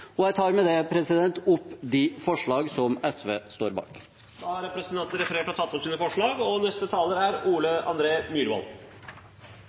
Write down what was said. Jeg tar med det opp de forslagene SV står bak. Representanten Lars Haltbrekken har tatt opp de forslagene han refererte til. Senterpartiet er